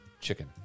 chicken